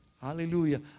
hallelujah